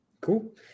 Cool